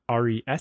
res